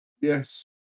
Yes